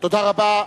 תודה רבה.